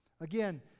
Again